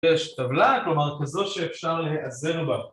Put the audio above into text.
‫יש טבלה, כלומר, ‫כזו שאפשר להיעזר בה.